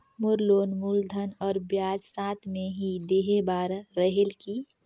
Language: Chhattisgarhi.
मोर लोन मूलधन और ब्याज साथ मे ही देहे बार रेहेल की?